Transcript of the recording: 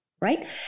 Right